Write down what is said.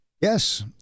Yes